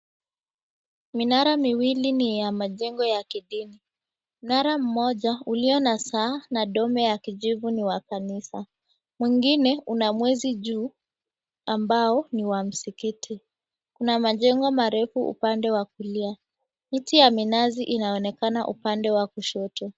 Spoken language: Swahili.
Minara miwili ni ya majengo ya kidini. Mnara mmoja ulio na saa na dome ya kijvu ni wa kanisa. Mwingine una mwezi juu ambao ni wa msikiti. Kuna majengo marefu upande wa kulia. Miti ya minazi inaonekana upande wa kushoto.